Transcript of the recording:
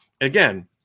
Again